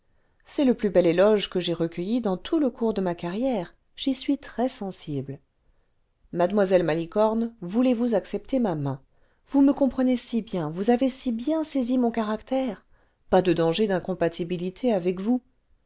c'est le plus bel éloge que j'aie recueilli dans tout le cours de ma carrière yj suis très sensible mademoiselle malicorne voulez-vous accepter ma main vous me comprenez si bien vous avez si bien saisi mon caractère pas de danger d'incompatibilité avec vous